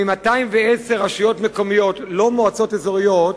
מ-210 רשויות מקומיות, לא מועצות אזוריות,